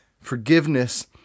Forgiveness